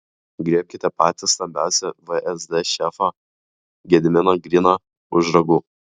griebkite patį stambiausią vsd šefą gediminą griną už ragų